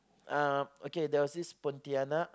um okay there was this pontianak